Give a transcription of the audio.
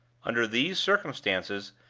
under these circumstances,